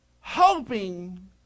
hoping